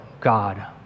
God